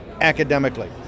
academically